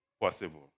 possible